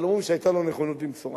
אבל אומרים שהיתה לו נכונות למסור.